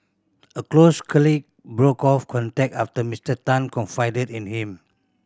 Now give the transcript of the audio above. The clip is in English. a close colleague broke off contact after Mister Tan confided in him